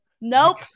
Nope